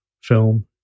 film